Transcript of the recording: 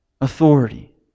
authority